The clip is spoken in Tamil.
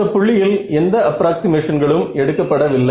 இந்த புள்ளியில் எந்த அப்ராக்ஸிமேஷன்களும் எடுக்க பட வில்லை